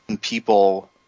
people